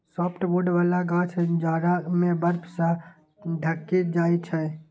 softwood बला गाछ जाड़ा मे बर्फ सं ढकि जाइ छै